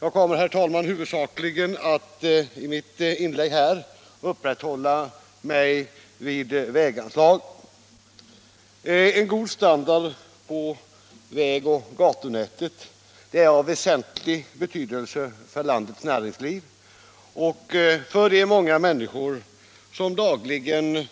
Jag skall, herr talman, i mitt inlägg huvudsakligen uppehålla mig vid väganslagen. En god standard på väg och gatunätet är av väsentlig betydelse för landets näringsliv och för de många människor som dagligen